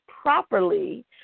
properly